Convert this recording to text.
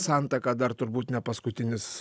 santaka dar turbūt nepaskutinis